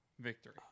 victory